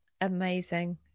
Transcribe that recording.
amazing